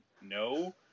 no